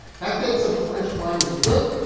back then some french wine was good.